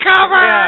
cover